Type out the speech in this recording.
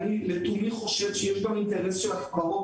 לתומי אני חושב שיש גם אינטרס של החברות